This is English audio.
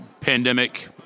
pandemic